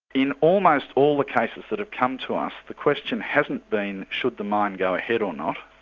in almost all the cases that have come to us, the question hasn't been should the mine go ahead or not,